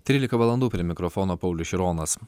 trylika valandų prie mikrofono paulius šironas